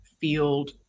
field